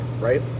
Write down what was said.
right